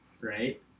right